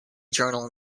journal